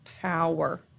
power